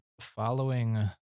following